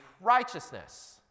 righteousness